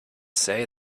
say